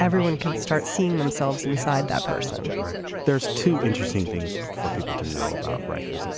everyone can start seeing themselves inside that person right there's two interesting things for people to know about rikers. and